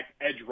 edge